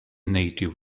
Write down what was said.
native